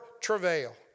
travail